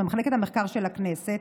ממחלקת המחקר של הכנסת,